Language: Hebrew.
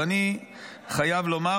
ואני חייב לומר,